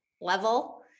level